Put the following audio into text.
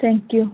thank you